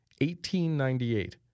1898